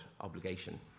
obligation